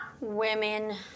Women